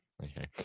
Okay